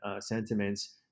sentiments